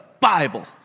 Bible